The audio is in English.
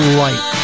light